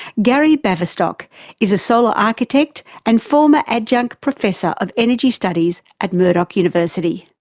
gary baverstock is a solar architect, and former adjunct professor of energy studies at murdoch university.